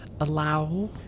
allow